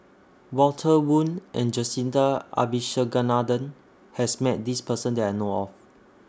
Walter Woon and Jacintha Abisheganaden has Met This Person that I know of